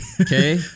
Okay